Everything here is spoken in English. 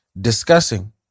discussing